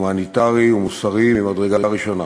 הומניטרי ומוסרי ממדרגה ראשונה.